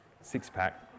six-pack